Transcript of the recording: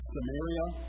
Samaria